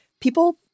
people